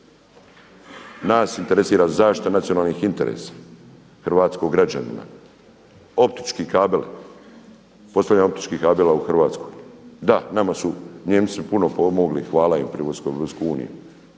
Nas interesira zaštita nacionalnih interesa hrvatskog građanina, optički kabeli, postavljanje optičkih kabela u Hrvatskoj. Da, nama su Nijemci puno pomogli, hvala im pri ulasku u